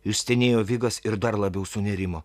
išstenėjo vigas ir dar labiau sunerimo